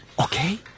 okay